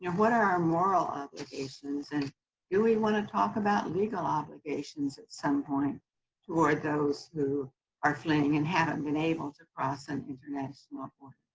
what are our moral ah obligations, and do we wanna talk about legal obligations at some point for those who are fleeing and haven't been able to cross an international ah border?